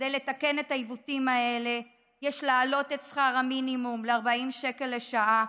כדי לתקן את העיוותים האלה יש להעלות את שכר המינימום ל-40 שקל לשעה,